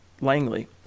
Langley